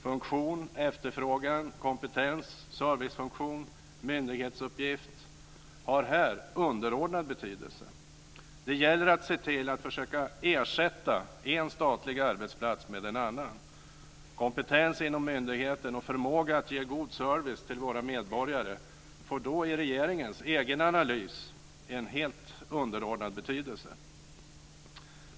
Funktion, efterfrågan, kompetens, servicefunktion och myndighetsuppgift har här underordnad betydelse. Det gäller att se till att försöka ersätta en statlig arbetsplats med en annan. Kompetens inom myndigheten och förmåga att ge god service till våra medborgare får då i regeringens egen analys en helt underordnad betydelse.